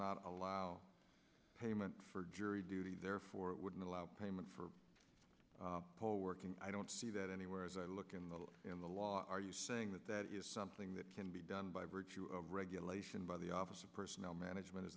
not allow payment for jury duty therefore it wouldn't allow payment for full working i don't see that anywhere as i look at the law are you saying that that is something that can be done by virtue of regulation by the office of personnel management is